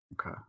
Okay